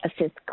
assist